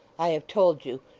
i have told you.